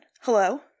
Hello